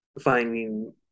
finding